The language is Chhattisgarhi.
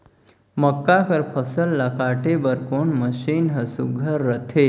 मक्का कर फसल ला काटे बर कोन मशीन ह सुघ्घर रथे?